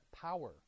power